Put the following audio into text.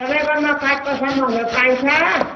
तपाईँकोमा काठको समानहरू पाइन्छ